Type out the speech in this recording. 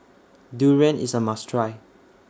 Durian IS A must Try